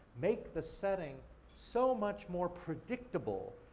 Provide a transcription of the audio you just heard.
make the setting so much more predictable,